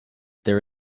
there